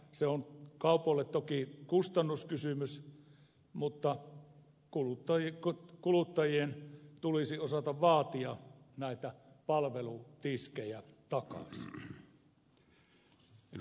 se on kaupoille toki kustannuskysymys mutta kuluttajien tulisi osata vaatia näitä palvelutiskejä takaisin